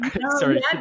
Sorry